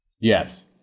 Yes